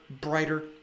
brighter